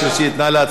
נא להצביע.